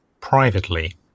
privately